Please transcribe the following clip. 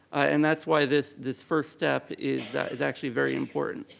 and that's why this this first step is is actually very important.